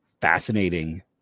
fascinating